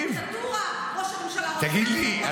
ראש הממשלה --- תגיד לי,